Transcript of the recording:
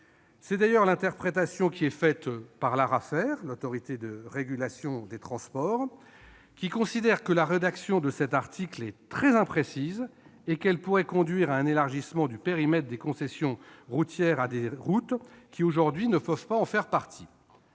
C'est d'ailleurs l'interprétation qui est faite par l'Autorité de régulation des activités ferroviaires et routières (Arafer), qui considère que la rédaction de cet article est très imprécise et qu'elle pourrait conduire à un élargissement du périmètre des concessions routières à des routes qui aujourd'hui ne peuvent en faire partie.